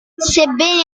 sebbene